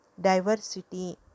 diversity